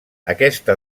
aquesta